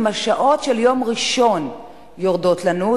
אם השעות של יום ראשון יורדות לנו,